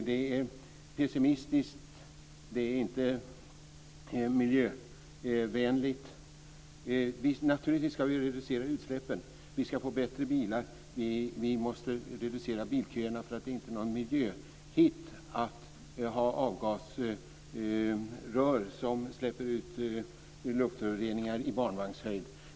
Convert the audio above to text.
Det är pessimistiskt, och det är inte miljövänligt. Vi ska naturligtvis reducera utsläppen och utveckla bättre bilar. Vi måste reducera bilköerna. Det är inte någon miljöhit att ha avgasrör som släpper ut luftföroreningar i barnvagnshöjd.